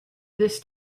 this